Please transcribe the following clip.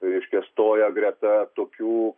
reiškia stoja greta tokių